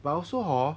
but also hor